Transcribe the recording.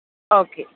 okay